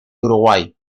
uruguay